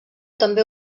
també